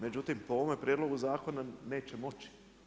Međutim, po ovome prijedlogu zakona, neće moći.